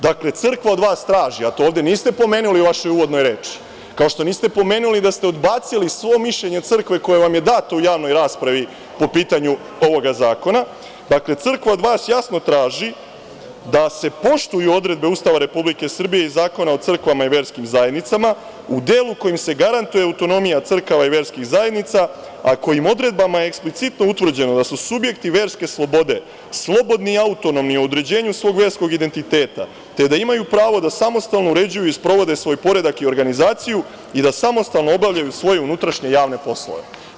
Dakle, crkva od vas traži, a to ovde niste pomenuli u vašoj uvodnoj reči, kao što niste pomenuli da ste odbacili svo mišljenje crkve koje vam je dato u javnoj raspravi po pitanju ovog zakona, dakle crkva od vas jasno traži da se poštuju odredbe Ustava Republike Srbije i Zakona o crkvama i verskim zajednicama u delu u kojem im se garantuje autonomija crkava i verskih zajednica, a kojim odredbama je eksplicitno utvrđeno da su subjekti verske slobode slobodni i autonomni u određenju svog verskog identiteta, te da imaju pravo da samostalno uređuju i sprovode svoj poredak i organizaciju i da samostalno obavljaju svoje unutrašnje javne poslove.